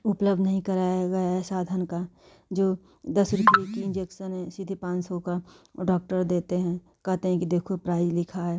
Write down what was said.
उपलब्ध नहीं कराया गया है साधन का जो दस रुपये कि इंजेक्शन है सीधे पाँच सौ का डाक्टर देते हैं कहते हैं देखो प्राइस लिखा है